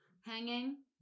Hanging